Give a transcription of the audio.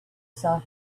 saw